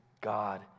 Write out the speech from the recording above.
God